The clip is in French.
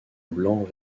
blanc